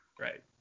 Right